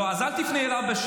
אין בעיה.